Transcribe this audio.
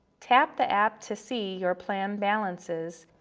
tap the app to see your plan balances.